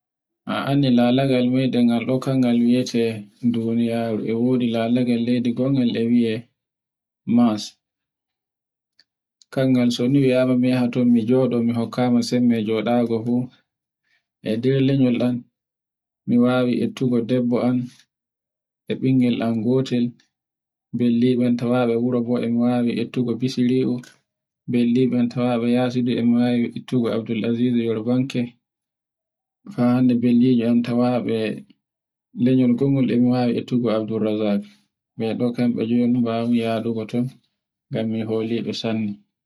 A anndi lalagal meɗen ngal kal ngal wiete duniyaaru, e wodi lalagal ngal e wie Mars. Kan ngal so ni mi un wia yaha ton mi joɗo mi hokkaima sembe joɗago fuu e nder lanyol an mi wawai ettugo debbo am, e ɓingel am gotel billwatare wuro, e wawi ettugo bisiriwu, bille'en tawayi yaasi e mawi ettugo Abdul'azizu yarabanke, ha hande billijo tawabe lanyol e wawi ettu Abdurrazak. ɓe kam kamɓe joni bawudo yadugo ton, ngam mi holi ɓe sanne.